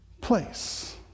place